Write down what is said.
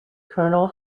colonel